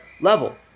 level